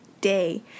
day